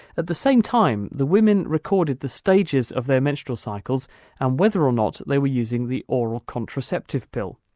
at the same time the women recorded the stages of their menstrual cycles and whether or not they were using the oral contraceptive pill.